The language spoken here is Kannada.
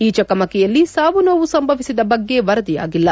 ಈ ಚಕಮಕಿಯಲ್ಲಿ ಸಾವು ನೋವು ಸಂಭವಿಸಿದ ಬಗ್ಗೆ ವರದಿಯಾಗಿಲ್ಲ